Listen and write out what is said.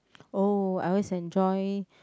oh I always enjoy